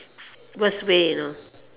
worst way you know